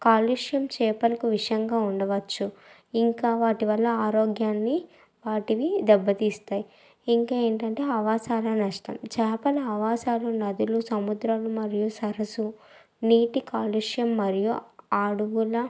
కాలుష్యం చేపలకు విషంగా ఉండవచ్చు ఇంకా వాటి వల్ల ఆరోగ్యాన్ని వాటివి దెబ్బ తీస్తాయి ఇంకా ఏంటంటే ఆవాసాల నష్టం చేపల ఆవాసాలు నదులు సముద్రాలు మరియు సరస్సు నీటి కాలుష్యం మరియు అడువుల